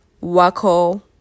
Waco